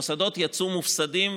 המוסדות יצאו מופסדים,